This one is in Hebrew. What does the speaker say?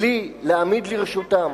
בלי להעמיד לרשותן